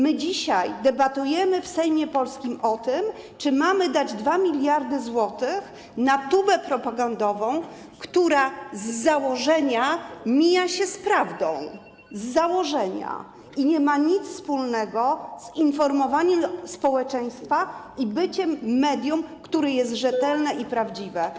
My dzisiaj debatujemy w Sejmie polskim o tym, czy mamy dać 2 mld zł na tubę propagandową, która z założenia mija się z prawdą - z założenia - i nie ma nic wspólnego z informowaniem społeczeństwa i byciem medium, które jest rzetelne i prawdziwe.